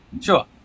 Sure